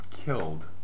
Killed